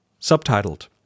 subtitled